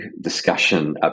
discussion